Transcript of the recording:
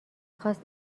خواست